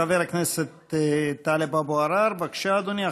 חבר הכנסת טלב אבו עראר, בבקשה, אדוני.